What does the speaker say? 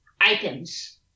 items